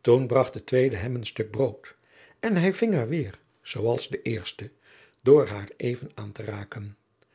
toen bracht de tweede hem een stuk brood en hij ving haar weêr zooals de eerste door haar even aan te raken